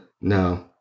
no